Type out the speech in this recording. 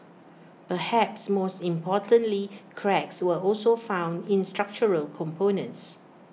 perhaps most importantly cracks were also found in structural components